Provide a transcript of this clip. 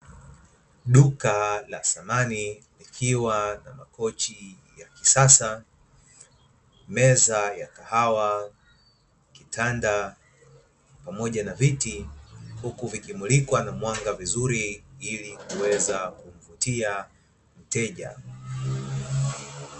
Duka la samani likiwa na makochi ya kisasa, meza ya kahawa, kitanda pamoja na viti, huku vikimulikwa na mwanga vizuri ili kuweza kuvutia wateja.